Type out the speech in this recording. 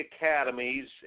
academies